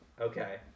Okay